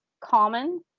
common